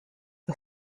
the